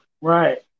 right